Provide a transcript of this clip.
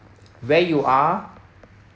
where you are